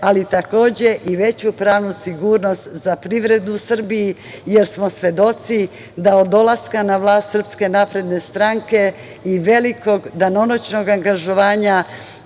ali takođe i veću pravnu sigurnost za privredu u Srbiji, jer smo svedoci da od dolaska na vlast SNS i velikog danonoćnog angažovanja